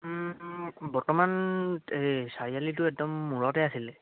বৰ্তমান এই চাৰিআলিটোৰ একদম মূৰতে আছিলে